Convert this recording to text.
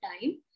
time